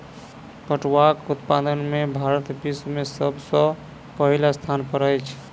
पटुआक उत्पादन में भारत विश्व में सब सॅ पहिल स्थान पर अछि